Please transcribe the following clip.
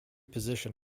position